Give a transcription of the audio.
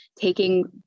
taking